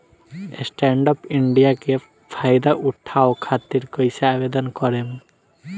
Stand up India के फाइदा उठाओ खातिर कईसे आवेदन करेम?